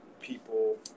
people